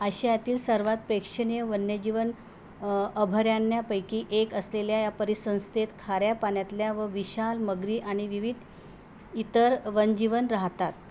आशियातील सर्वात प्रेक्षणीय वन्यजीवन अभयारण्यांपैकी एक असलेल्या या परिसंस्थेत खाऱ्या पाण्यातल्या व विशाल मगरी आणि विविध इतर वन्यजीवन राहतात